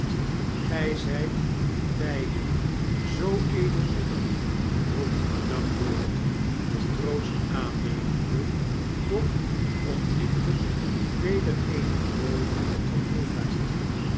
gij zyt beiden zoo edelmoedig roept madame dor den troost aannemende doch onmiddelljjk weder eeneprooi van